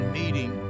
meeting